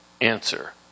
answer